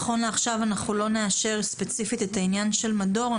נכון לעכשיו אנחנו לא נאשר ספציפית את העניין של מדור.